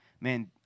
man